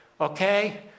okay